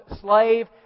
slave